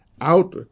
out